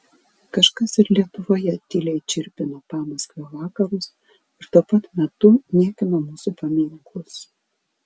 kažkas ir lietuvoje tyliai čirpino pamaskvio vakarus ir tuo pat metu niekino mūsų paminklus